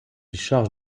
charge